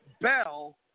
Bell